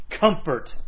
Comfort